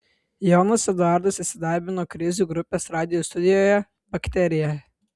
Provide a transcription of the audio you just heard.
jonas eduardas įsidarbino krizių grupės radijo studijoje bakterija